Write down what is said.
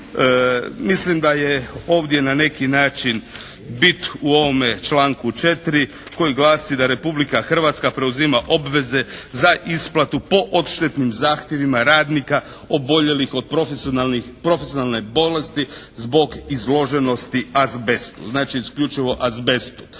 Mislim da je ovdje na neki način bit u ovome članku 4. koji glasi da Republika Hrvatska preuzima obveze za isplatu po odštetnim zahtjevima radnika oboljelih od profesionalne bolesti zbog izloženosti azbestu. Znači isključivo azbestu.